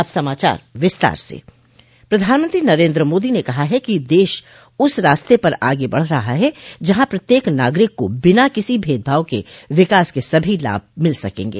अब समाचार विस्तार से प्रधानमंत्री नरेन्द्र मोदी ने कहा है कि देश उस रास्ते पर आगे बढ़ रहा है जहां प्रत्येक नागरिक को बिना किसी भेदभाव के विकास के सभी लाभ मिल सकेंगे